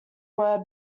were